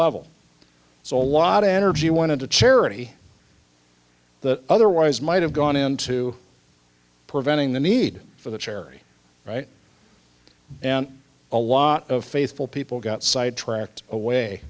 level so a lot of energy wanted to charity that otherwise might have gone into preventing the need for the cherry right and a lot of faithful people got sidetracked away